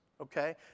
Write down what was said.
Okay